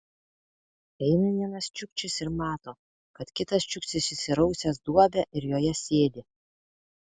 eina vienas čiukčis ir mato kad kitas čiukčis išsirausęs duobę ir joje sėdi